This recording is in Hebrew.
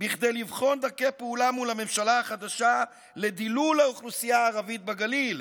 כדי לבחון דרכי פעולה מול הממשלה החדשה לדילול האוכלוסייה הערבית בגליל,